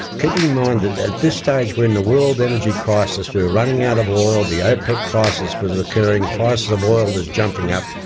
keeping in mind that at this stage we're in the world energy crisis, we are running out of oil, the opec crisis was occurring, price of oil was jumping up,